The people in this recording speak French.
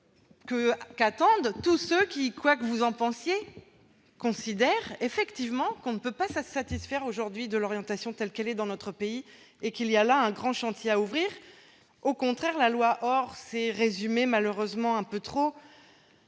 qu'attendent tous ceux qui, quoi que vous en pensiez, considèrent que l'on ne peut pas se satisfaire aujourd'hui de l'orientation telle qu'elle est organisée dans notre pays et qu'il y a là un grand chantier à ouvrir. Au contraire, la loi ORE s'est malheureusement résumée